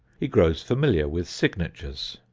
he grows familiar with signatures.